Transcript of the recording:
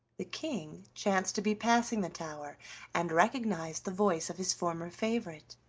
the king chanced to be passing the tower and recognized the voice of his former favorite.